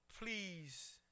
please